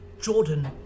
Jordan